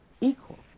equal